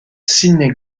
sidney